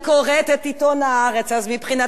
אז מבחינתו אני בדיוק אותו אויב.